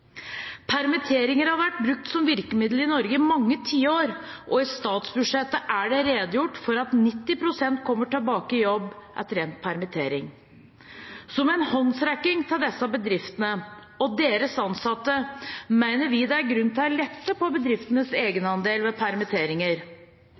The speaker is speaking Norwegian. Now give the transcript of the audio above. Permitteringer har vært brukt som virkemiddel i Norge i mange tiår, og i statsbudsjettet er det redegjort for at 90 pst. kommer tilbake i jobb etter endt permittering. Som en håndsrekning til disse bedriftene og deres ansatte mener vi det er grunn til å lette på bedriftenes